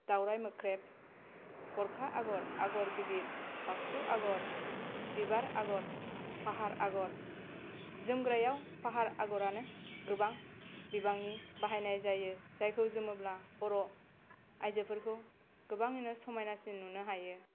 दावराय मोख्रेब गरखा आगर आगर गिदिर बाक्सु आगर बिबार आगर फाहार आगर जोमग्रायाव फाहार आगरानो गोबां बिबांनि बाहायनाय जायो जायखौ जोमोब्ला बर' आयजोफोरखौ गोबाङैनो समायनासिन नुनो हायो